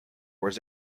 was